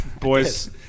boys